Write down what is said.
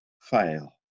fail